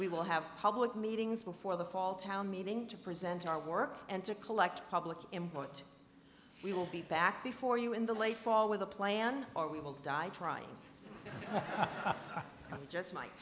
we will have public meetings before the fall town meeting to present our work and to collect public employment we will be back before you in the late fall with a plan or we will die trying just